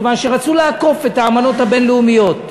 מכיוון שרצו לעקוף את האמנות הבין-לאומיות,